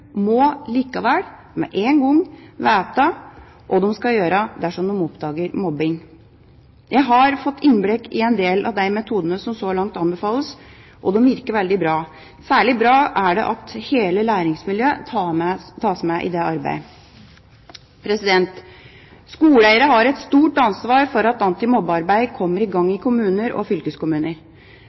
må likevel med en gang vite hva de skal gjøre dersom de oppdager mobbing. Jeg har fått innblikk i en del av de metodene som så langt anbefales, og de virker veldig bra. Særlig bra er det at hele læringsmiljøet tas med i det arbeidet. Skoleeiere har et stort ansvar for at antimobbearbeid kommer i gang i kommuner og fylkeskommuner.